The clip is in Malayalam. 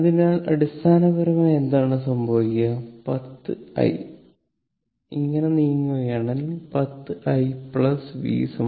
അതിനാൽ അടിസ്ഥാനപരമായി എന്താണ് സംഭവിക്കുക 10 i ഇങ്ങനെ നീങ്ങുകയാണെങ്കിൽ 10 i v 0